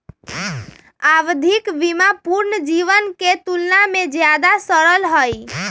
आवधिक बीमा पूर्ण जीवन के तुलना में ज्यादा सरल हई